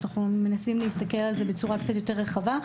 אנחנו מנסים להסתכל על זה בצורה קצת יותר רחבה,